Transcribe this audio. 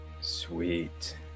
Sweet